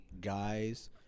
guys –